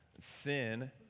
sin